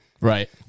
Right